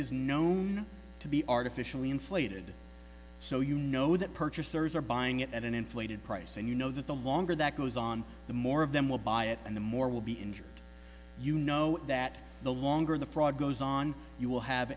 is known to be artificially inflated so you know that purchasers are buying it at an inflated price and you know that the longer that goes on the more of them will buy it and the more will be injured you know that the longer the fraud goes on you will have